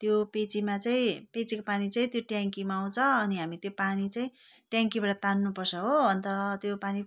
त्यो पिएचईमा चाहिँ पिएचईको पानी चाहिँ त्यो ट्याङ्कीमा आउँछ अनि हामी त्यो पानी चाहिँ ट्याङ्कीबाट तान्नुपर्छ हो अन्त त्यो पानी